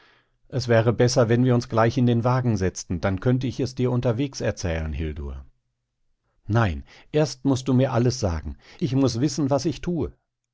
es wäre besser wenn wir uns gleich in den wagen setzten dann könnte ich es dir unterwegs erzählen hildur nein erst mußt du mir alles sagen ich muß wissen was ich tue